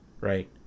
right